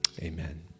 Amen